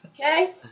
Okay